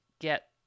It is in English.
get